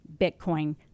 Bitcoin